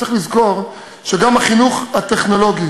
צריך לזכור שגם החינוך הטכנולוגי